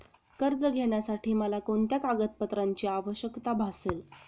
कर्ज घेण्यासाठी मला कोणत्या कागदपत्रांची आवश्यकता भासेल?